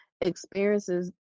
experiences